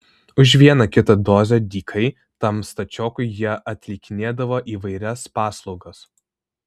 už vieną kitą dozę dykai tam stačiokui jie atlikinėdavo įvairias paslaugas